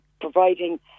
providing